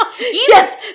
Yes